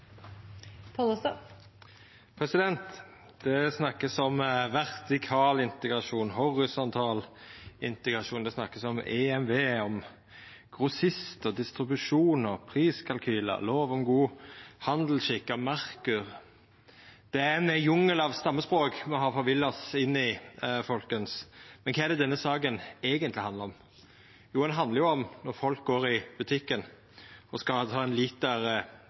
Det vert snakka om vertikal integrasjon og horisontal integrasjon. Det vert snakka om EMV, grossist, distribusjon og priskalkylar, lov om god handelsskikk og Merkur. Det er ein jungel av stammespråk me har forvilla oss inn i, folkens. Men kva er det denne saka eigentleg handlar om? Jo, ho handlar om at når folk går i butikken og skal ha 1 liter